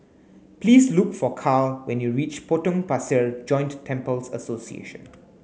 please look for Carl when you reach Potong Pasir Joint Temples Association